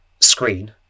screen